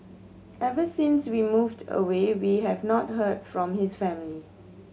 ever since we moved away we have not heard from his family